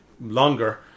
longer